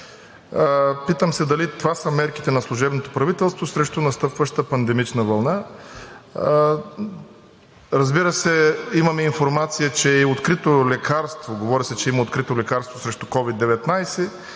Питам се дали това са мерките на служебното правителство срещу настъпваща пандемична вълна? Разбира се, имаме информация, че е открито лекарство – говори се, че има открито лекарство срещу COVID-19,